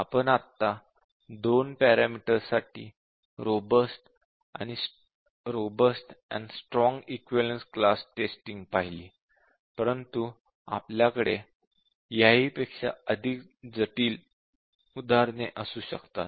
आपण आत्ता दोन पॅरामीटर्स साठी robust and strong equivalence class testing पाहिली परंतु आपल्याकडे याहीपेक्षा अधिक जटिल उदाहरणे असू शकतात